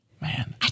Man